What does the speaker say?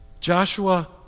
Joshua